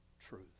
truth